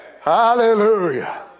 Hallelujah